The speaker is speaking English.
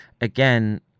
again